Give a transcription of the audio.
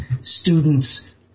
students